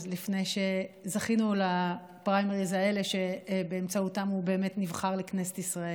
לפני שזכינו לפריימריז האלה שבאמצעותם הוא באמת נבחר לכנסת ישראל,